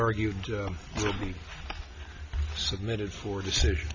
argued will be submitted for decision